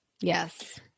Yes